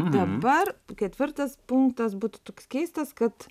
dabar ketvirtas punktas būtų toks keistas kad